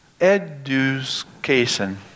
Education